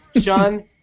Sean